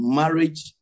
marriage